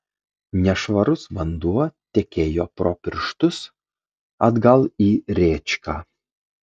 nešvarus vanduo tekėjo pro pirštus atgal į rėčką